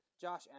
Josh